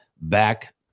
back